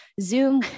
Zoom